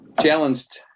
challenged